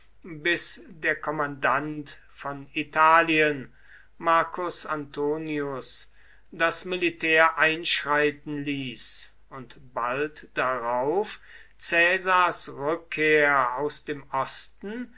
bis der kommandant von italien marcus antonius das militär einschreiten ließ und bald darauf caesars rückkehr aus dem osten